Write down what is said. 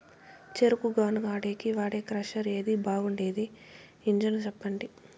చెరుకు గానుగ ఆడేకి వాడే క్రషర్ ఏది బాగుండేది ఇంజను చెప్పండి?